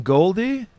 Goldie